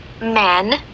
men